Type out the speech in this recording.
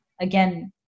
again